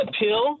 appeal